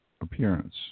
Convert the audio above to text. appearance